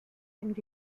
and